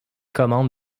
commandes